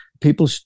people